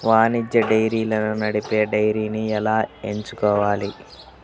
వాణిజ్య డైరీలను నడిపే డైరీని ఎలా ఎంచుకోవాలి?